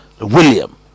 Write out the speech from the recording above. William